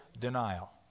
denial